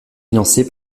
financé